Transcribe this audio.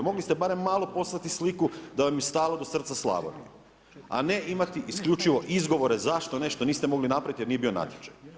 Mogli ste barem malo poslati sliku da vam je stalo do srca Slavonije, a ne imati isključivo izgovore zašto nešto niste mogli napraviti jer nije bio natječaj.